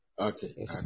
Okay